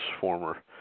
former